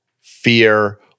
fear